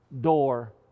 door